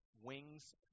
wings